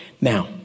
Now